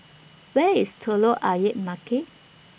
Where IS Telok Ayer Market